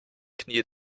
knie